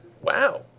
Wow